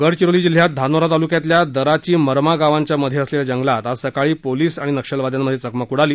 गडचिरोली जिल्ह्यात धानोरा तालुक्यातल्या दराची मरमा गावांच्या मध्ये असलेल्या जंगलात आज सकाळी पोलिस आणि नक्षलवादयांमध्ये चकमक उडाली